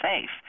safe